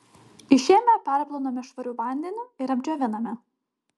išėmę perplauname švariu vandeniu ir apdžioviname